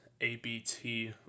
ABT